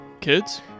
Kids